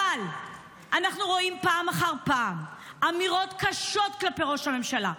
אבל אנחנו רואים פעם אחר פעם אמירות קשות כלפי ראש הממשלה.